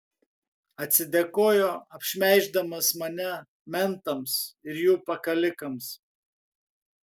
atsidėkojo apšmeiždamas mane mentams ir jų pakalikams